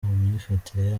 myifatire